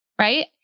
right